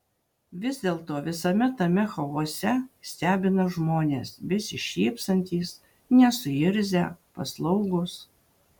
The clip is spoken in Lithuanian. vis dėlto visame tame chaose stebina žmonės besišypsantys nesuirzę paslaugūs